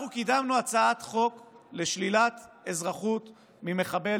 אנחנו קידמנו הצעת חוק לשלילת אזרחות ממחבל